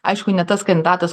aišku ne tas kandidatas